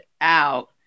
out